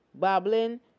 babbling